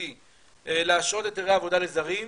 הנשיאותי להשעות היתרי עבודה לזרים,